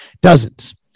Dozens